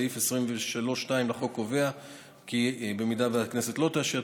סעיף 23(2) לחוק קובע כי במידה שהכנסת לא תאשר,